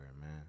man